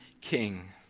king